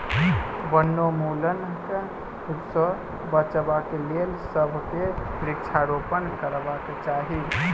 वनोन्मूलनक सॅ बचाबक लेल सभ के वृक्षारोपण करबाक चाही